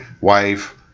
wife